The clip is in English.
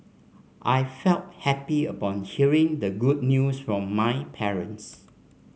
I felt happy upon hearing the good news from my parents